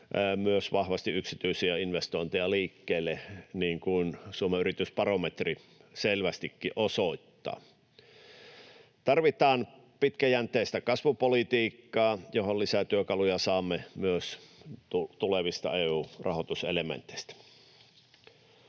myös vahvasti yksityisiä investointeja liikkeelle, niin kuin Suomen yritysbarometri selvästikin osoittaa. Tarvitaan pitkäjänteistä kasvupolitiikkaa, johon lisätyökaluja saamme myös tulevista EU-rahoituselementeistä.